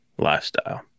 Lifestyle